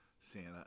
Santa